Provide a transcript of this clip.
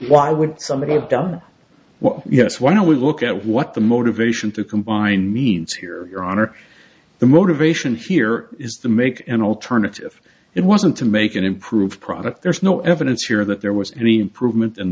why would somebody have done well yes why don't we look at what the motivation to combine means here your honor the motivation here is the make an alternative it wasn't to make it improve product there's no evidence here that there was any improvement in